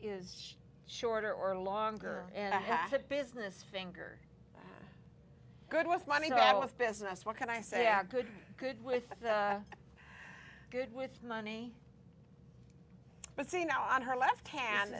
is shorter or longer and i had a business finger good with money grabber with business what can i say i'm good good with good with money but see now on her left hand